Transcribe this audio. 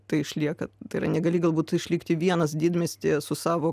tai išlieka tai yra negali galbūt išlikti vienas didmiestyje su savo